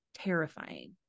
terrifying